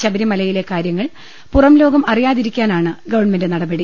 ശബരിമലയിലെ കാര്യങ്ങൾ പുറം ലോകം അറിയാതിരിക്കാനാണ് ഗവൺമെന്റ് നടപടി